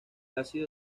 ácido